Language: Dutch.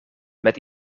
met